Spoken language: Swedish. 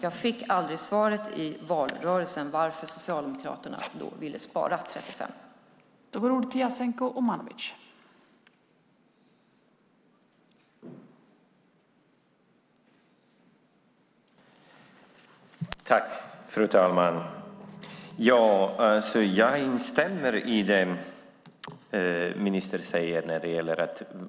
Jag fick aldrig svar i valrörelsen på varför Socialdemokraterna ville spara 35 miljoner.